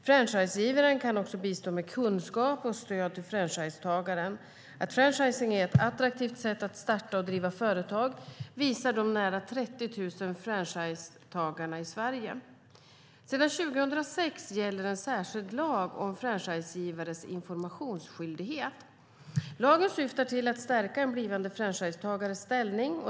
Franchisegivaren kan också bistå med kunskap och stöd till franchisetagaren. Att franchising är ett attraktivt sätt att starta och driva företag visar de nära 30 000 franchisetagarna i Sverige. Sedan år 2006 gäller en särskild lag om franchisegivares informationsskyldighet. Lagen syftar till att stärka en blivande franchisetagares ställning.